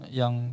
yang